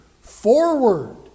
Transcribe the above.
forward